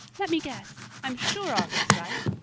let me guess. i'm sure i'll guess right.